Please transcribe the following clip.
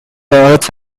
earth